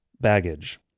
baggage